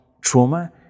trauma